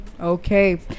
okay